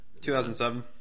2007